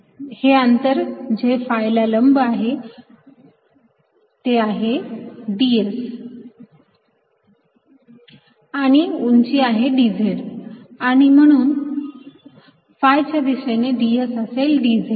हे अंतर जे phi ला लंब आहे ds आणि उंची आहे dz आणि म्हणून phi च्या दिशेने ds असेल dz